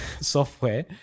software